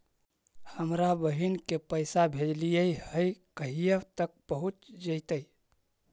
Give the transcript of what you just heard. हमरा बहिन के पैसा भेजेलियै है कहिया तक पहुँच जैतै?